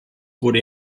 wurde